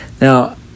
Now